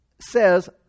says